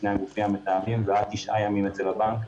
שני הגופים המתאמים ועד תשעה ימים אצל הבנק.